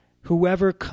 whoever